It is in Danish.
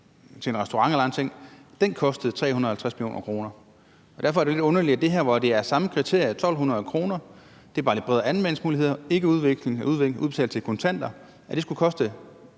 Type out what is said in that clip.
til en restaurant eller lignende – så kostede den 350 mio. kr. Derfor er det lidt underligt, at det her, hvor det er de samme kriterier – 1.200 kr., det er bare lidt bredere anvendelsesmuligheder, og det er ikke udbetalt i kontanter – skulle koste